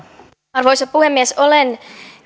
arvoisa puhemies olen